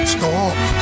Stop